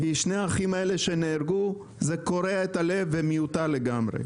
שני האחים שנהרגו, זה קורע את הלב ומיותר לגמרי.